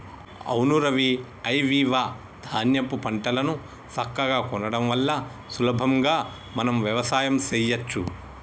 అవును రవి ఐవివ ధాన్యాపు పంటలను సక్కగా కొనడం వల్ల సులభంగా మనం వ్యవసాయం సెయ్యచ్చు